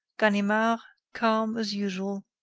ganimard calm as usual.